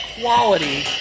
quality